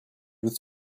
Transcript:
with